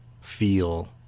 feel